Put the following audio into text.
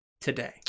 today